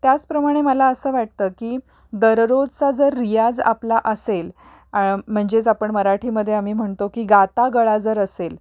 त्याचप्रमाणे मला असं वाटतं की दररोजचा जर रियाज आपला असेल म्हणजेच आपण मराठीमध्ये आम्ही म्हणतो की गाता गळा जर असेल